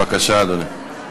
בבקשה, אדוני.